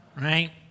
right